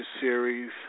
series